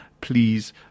please